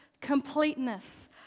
completeness